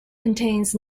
contains